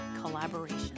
collaboration